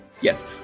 Yes